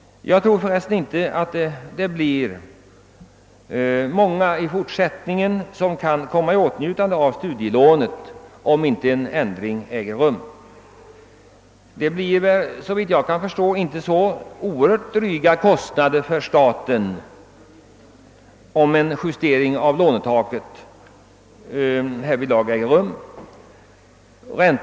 Jag tror för resten inte att det blir många som i fortsättningen kan komma i åtnjutande av dessa studielån om inte en ändring genomförs. Såvitt jag förstår skulle en justering av lånetaket inte förorsaka särskilt dryga kostnader.